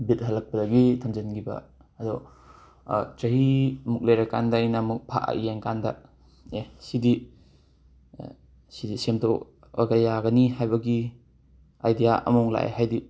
ꯕꯤꯠ ꯍꯜꯂꯛꯄꯗꯒꯤ ꯊꯝꯖꯤꯟꯈꯤꯕ ꯑꯗꯣ ꯆꯍꯤꯃꯨꯛ ꯂꯩꯔꯀꯥꯟꯗ ꯑꯩꯅ ꯑꯃꯨꯛ ꯐꯥꯛꯑ ꯌꯦꯡꯀꯥꯟꯗ ꯑꯦ ꯁꯤꯗꯤ ꯁꯤꯗꯤ ꯁꯦꯝꯗꯣꯛꯑꯒ ꯌꯥꯒꯅꯤ ꯍꯥꯏꯕꯒꯤ ꯑꯥꯏꯗ꯭ꯌꯥ ꯑꯃꯃꯨꯛ ꯂꯥꯛꯑꯦ ꯍꯥꯏꯗꯤ